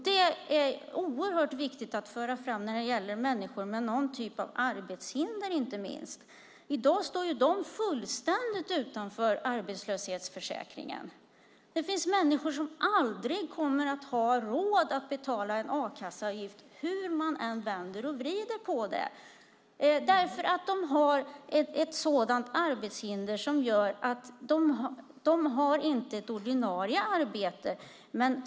Detta är oerhört viktigt att föra fram inte minst när det gäller människor med någon typ av arbetshinder. I dag står de fullständigt utanför arbetslöshetsförsäkringen. Det finns människor som aldrig kommer att ha råd att betala en a-kasseavgift hur man än vänder och vrider på det, därför att de har ett arbetshinder som gör att de inte har ett ordinarie arbete.